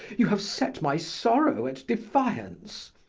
you have set my sorrow at defiance,